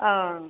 ஆ